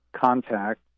Contact